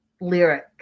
lyric